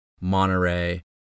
Monterey